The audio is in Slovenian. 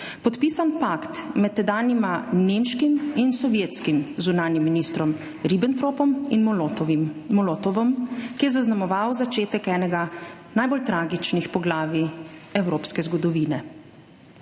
podpisan pakt med tedanjima nemškim in sovjetskim zunanjim ministrom Ribbentropom in Molotovom, ki je zaznamoval začetek enega najbolj tragičnih poglavij evropske zgodovine.